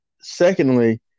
secondly